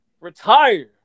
Retire